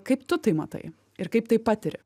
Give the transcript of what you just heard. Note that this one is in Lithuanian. kaip tu tai matai ir kaip tai patiri